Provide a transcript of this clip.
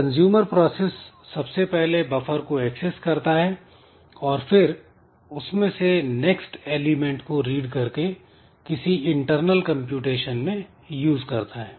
consumer process सबसे पहले buffer को एक्सेस करता है और फिर उसमें से नेक्स्ट एलिमेंट को रीड करके किसी इंटरनल कंप्यूटेशन में यूज करता है